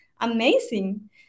amazing